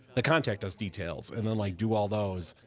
the contact us details, and then like do all those,